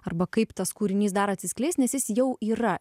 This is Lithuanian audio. arba kaip tas kūrinys dar atsiskleis nes jis jau yra